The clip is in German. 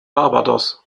barbados